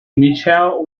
michelle